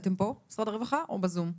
משרד הרווחה בזום,